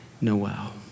Noel